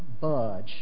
budge